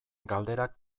galderak